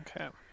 Okay